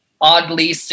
oddly